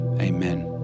Amen